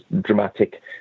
dramatic